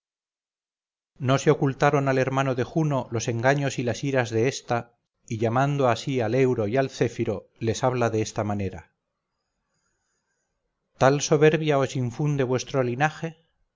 no se ocultaron al hermano de juno los engaños y las iras de esta y llamando a sí al euro y al céfiro les habla de esta manera tal soberbia os infunde vuestro linaje